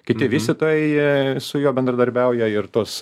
kiti vystytojai ee su juo bendradarbiauja ir tos